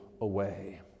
away